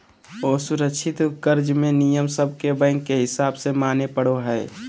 असुरक्षित कर्ज मे नियम सब के बैंक के हिसाब से माने पड़ो हय